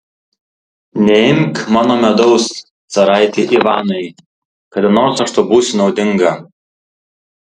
neimk mano medaus caraiti ivanai kada nors aš tau būsiu naudinga